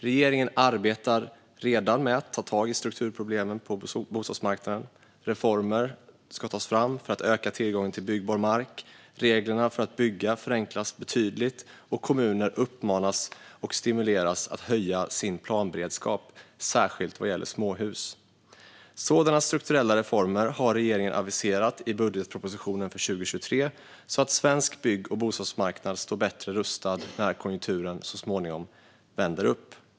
Regeringen arbetar redan med att ta tag i strukturproblemen på bostadsmarknaden. Reformer ska tas fram för att öka tillgången till byggbar mark, reglerna för att bygga ska förenklas betydligt och kommuner uppmanas och stimuleras att höja sin planberedskap, särskilt vad gäller småhus. Sådana strukturella reformer har regeringen aviserat i budgetpropositionen för 2023 så att svensk bygg och bostadsmarknad står bättre rustad när konjunkturen så småningom vänder upp.